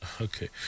Okay